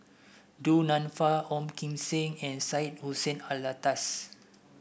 Du Nanfa Ong Kim Seng and Syed Hussein Alatas